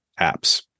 apps